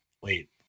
wait